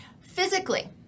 physically